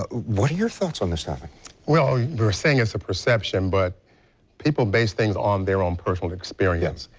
ah what are your thoughts on this? well, we are saying it's perception but people base things on their own personal experience.